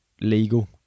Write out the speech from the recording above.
legal